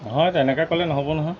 হয় তেনেকৈ ক'লে নহ'ব নহয়